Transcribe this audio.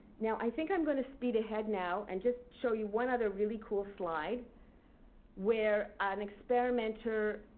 now, i think i'm going to speed ahead now and just show you one other really cool slide where an experimenter,